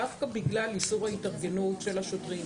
דווקא בגלל איסור ההתארגנות של השוטרים,